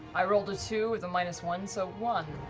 i rolled a two with a minus one, so one.